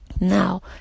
Now